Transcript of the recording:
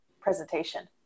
presentation